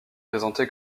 présenté